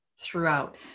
throughout